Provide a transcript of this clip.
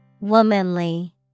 Womanly